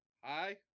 hi